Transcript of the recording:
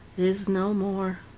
is no more.